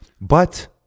but-